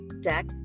Deck